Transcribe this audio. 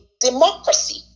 democracy